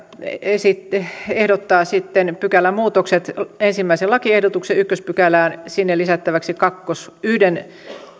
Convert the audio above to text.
ehdottaa pykälämuutokset eli ensimmäisen lakiehdotuksen ensimmäiseen pykälään lisättäväksi yhden